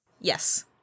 Yes